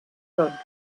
gun